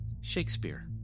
Shakespeare